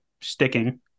sticking